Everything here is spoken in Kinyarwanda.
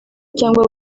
cyangwa